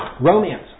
Romance